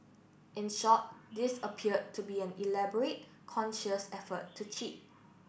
in short this appeared to be an elaborate conscious effort to cheat